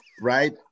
right